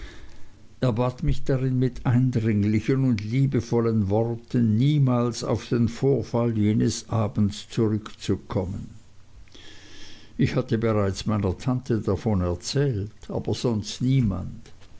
er bat mich darin mit eindringlichen und liebevollen worten niemals auf den vorfall jenes abends zurückzukommen ich hatte bereits meiner tante davon erzählt aber sonst niemand